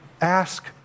ask